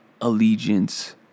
allegiance